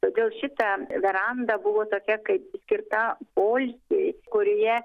todėl šita veranda buvo tokia kaip skirta poilsiui kurioje